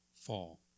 fall